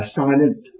silent